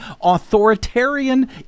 authoritarian